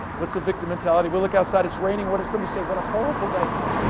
what's the victim mentality? will look outside it's raining, what does somebody say, what a horrible day now?